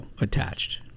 attached